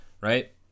right